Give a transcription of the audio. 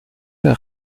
der